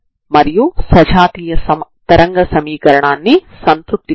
మీరు ఇలాంటి పరిష్కారాల కోసం చూస్తున్నారు